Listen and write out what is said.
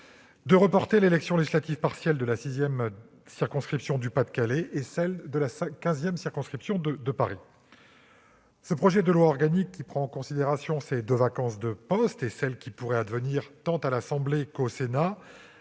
de reporter l'élection législative partielle de la sixième circonscription du Pas-de-Calais, ainsi que celle de la quinzième circonscription de Paris. Ce projet de loi organique, qui prend en considération ces deux vacances de poste et celles qui pourraient advenir tant à l'Assemblée nationale